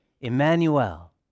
Emmanuel